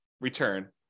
return